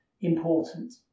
important